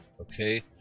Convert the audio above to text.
Okay